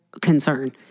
concern